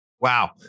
Wow